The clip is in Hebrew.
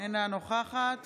אינה נוכחת